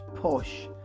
Push